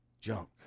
junk